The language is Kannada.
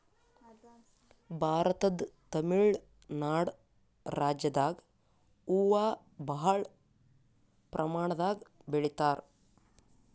ಭಾರತದ್ ತಮಿಳ್ ನಾಡ್ ರಾಜ್ಯದಾಗ್ ಹೂವಾ ಭಾಳ್ ಪ್ರಮಾಣದಾಗ್ ಬೆಳಿತಾರ್